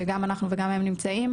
שגם אנחנו וגם הם נמצאים.